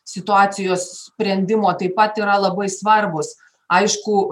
situacijos sprendimo taip pat yra labai svarbūs aišku